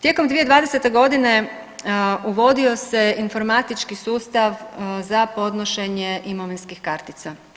Tijekom 2020. godine uvodio se informatički sustav za podnošenje imovinskih kartica.